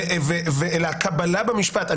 אלא הקבלה במשפט.